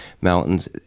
mountains